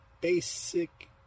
basic